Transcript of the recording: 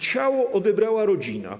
Ciało odebrała rodzina.